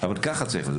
אבל ככה צריך.